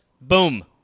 Boom